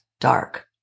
dark